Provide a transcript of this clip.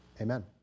Amen